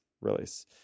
release